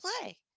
play